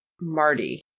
Marty